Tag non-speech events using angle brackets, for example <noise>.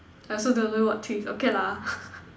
I also don't know what twist okay lah <laughs>